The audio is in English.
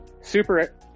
super